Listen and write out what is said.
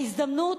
ההזדמנות,